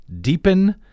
deepen